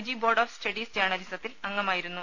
G board of studies ജേർണലിസത്തിൽ അംഗമായിരുന്നു